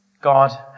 God